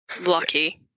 Lucky